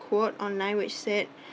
quote online which said